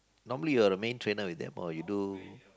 normally you're a main trainer with them or you do